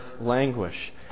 languish